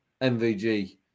MVG